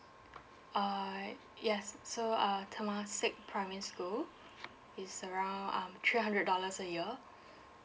uh yes so uh temasek primary school it's around um three hundred dollars a year